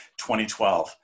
2012